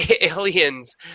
Aliens